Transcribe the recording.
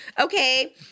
okay